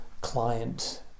client